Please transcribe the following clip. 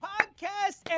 Podcast